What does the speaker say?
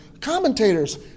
commentators